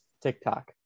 TikTok